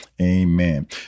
Amen